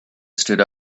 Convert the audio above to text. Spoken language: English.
stood